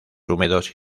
húmedos